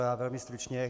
Já velmi stručně.